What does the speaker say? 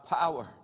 power